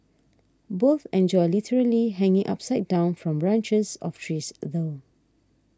both enjoy literally hanging upside down from branches of trees though